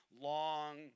long